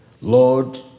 Lord